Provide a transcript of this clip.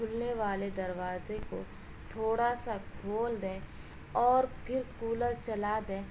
کھلنے والے دروازے کو تھوڑا سا کھول دیں اور پھر کولر چلا دیں